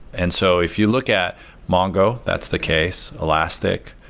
and so if you look at mongo, that's the case, elastic,